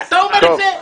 אתה אומר את זה?